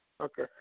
Okay